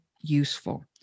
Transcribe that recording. useful